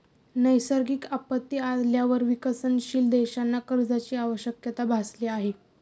नैसर्गिक आपत्ती आल्यावर विकसनशील देशांना कर्जाची आवश्यकता भासली आहे